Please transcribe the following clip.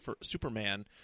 Superman